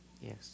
Yes